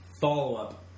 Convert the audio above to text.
follow-up